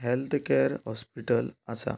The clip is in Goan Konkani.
हॅल्थ कॅर हाँस्पिटल आसा